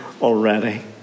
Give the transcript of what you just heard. already